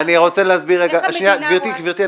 עם השאלה איך המדינה רואה --- גברתי,